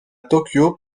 tokyo